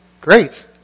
Great